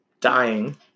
dying